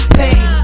pain